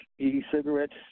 e-cigarettes